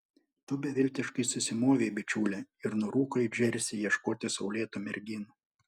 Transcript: tu beviltiškai susimovei bičiule ir nurūko į džersį ieškoti saulėtų merginų